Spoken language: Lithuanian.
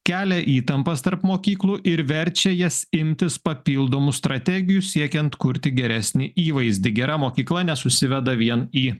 kelia įtampas tarp mokyklų ir verčia jas imtis papildomų strategijų siekiant kurti geresnį įvaizdį gera mokykla nesusiveda vien į